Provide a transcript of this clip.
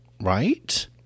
Right